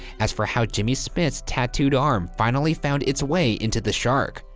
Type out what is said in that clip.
as for how jimmy smith's tattooed arm finally found its way into the shark,